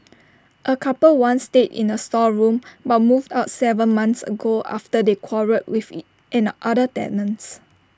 A couple once stayed in the storeroom but moved out Seven months ago after they quarrelled with in other tenants